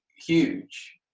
Huge